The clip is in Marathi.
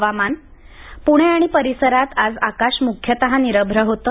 हवामान पूणे आणि परिसरात आज आकाश मुख्यतः निरभ्र होतं